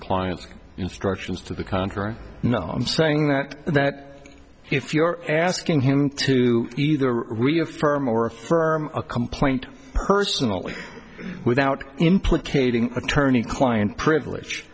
client's instructions to the contrary no i'm saying that that if you're asking him to either reaffirm or affirm a complaint personally without implicating attorney client privilege